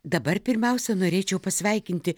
dabar pirmiausia norėčiau pasveikinti